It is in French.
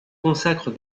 consacre